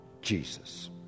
Jesus